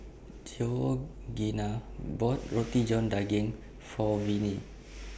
Georgeanna bought Roti John Daging For Vinie